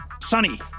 Sunny